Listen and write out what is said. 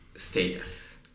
status